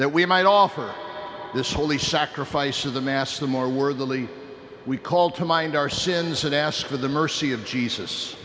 that we might offer this holy sacrifice of the mass the more worldly we call to mind our sins and ask for the mercy of jesus